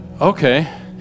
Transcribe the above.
okay